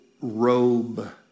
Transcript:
robe